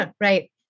right